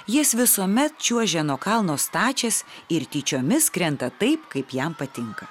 jis visuomet čiuožia nuo kalno stačias ir tyčiomis krenta taip kaip jam patinka